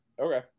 okay